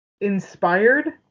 inspired